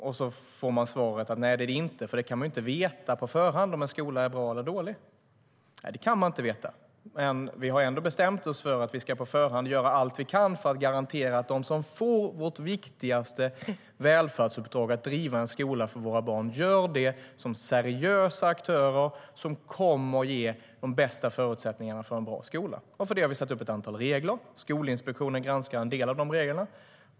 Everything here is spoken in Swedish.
Och så får man svaret: Nej, det är det inte, för man kan inte veta på förhand om en skola är bra eller dålig. För detta har vi satt upp ett antal regler. Skolinspektionen granskar en del av de reglerna.